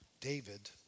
David